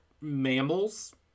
mammals